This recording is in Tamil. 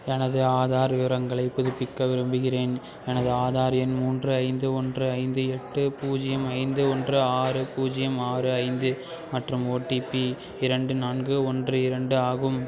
எனது ஆதார் விவரங்களைப் புதுப்பிக்க விரும்புகிறேன் எனது ஆதார் எண் மூன்று ஐந்து ஒன்று ஐந்து எட்டு பூஜ்ஜியம் ஐந்து ஒன்று ஆறு பூஜ்ஜியம் ஆறு ஐந்து மற்றும் ஓடிபி இரண்டு நான்கு ஒன்று இரண்டு ஆகும்